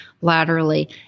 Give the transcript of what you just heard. laterally